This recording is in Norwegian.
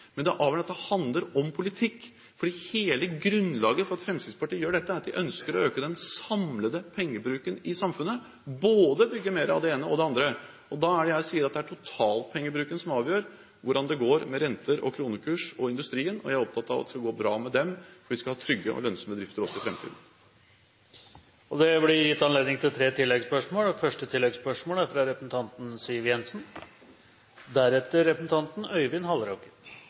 men det avgjørende er at det handler om politikk. Hele grunnlaget for at Fremskrittspartiet gjør dette, er at de ønsker å øke den samlede pengebruken i samfunnet – bygge mer av både det ene og det andre. Da er det jeg sier at det er totalpengebruken som avgjør hvordan det går med renter og kronekurs – og industrien. Jeg er opptatt av at det skal gå bra med den, for vi skal ha trygge og lønnsomme bedrifter også i framtiden. Det blir gitt anledning til tre oppfølgingsspørsmål – først Siv Jensen. Det å øke den samlede pengebruken er